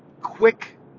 quick